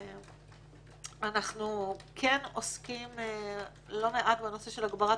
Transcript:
אנחנו כן עוסקים לא מעט בנושא של הגברת